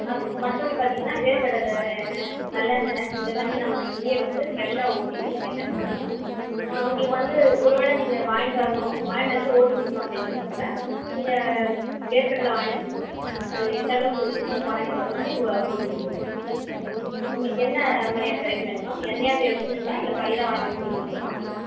அது மற்றபடி பார்த்தீங்கன்னா வேர்க்கடலை எண்ணெய் நல்லெண்ணை இதெல்லாமே நம்ம இங்கேயே வந்து ஃப்ரெஷ்ஷாக ஓட்டி உங்களுக்கு எண்ணெய் கொடுக்குறேன் மேம் உங்களுக்கு வந்து ஒரு வேளை நீங்கள் வாங்கிகிட்டு வரணும் வாங்கிகிட்டு வந்து ஓட்டி கொடுக்கணும் அப்படின்னீங்கன்னா கூட நீங்கள் வேர்க்கடலை வாங்கிகிட்டு வந்து கொடுத்தீங்கன்னா அது எந்தளவுக்கு கொடுக்குறீங்களோ அந்த குவான்டிட்டிக்கு ஏற்ற மாதிரி ஓ ஓட்டி கொடுத்துருவோம் உங்களுக்கு என்னமாதிரியான வெரைட்டி வேணும் மேம் எண்ணெயாக தேவைப்படுதுங்களா இல்லை பயிராக வாங்கி ஓட்டி கொடுக்கணுமா